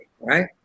right